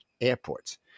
airports